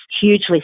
hugely